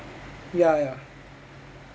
ya ya